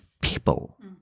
people